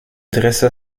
dressa